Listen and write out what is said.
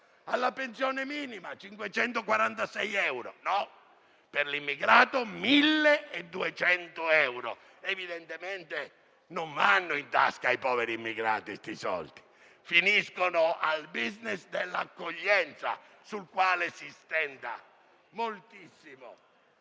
alla pensione minima di 546 euro. No, per l'immigrato 1.200 euro; evidentemente i soldi non vanno in tasca ai poveri immigrati; finiscono al *business* dell'accoglienza, sul quale si stenta moltissimo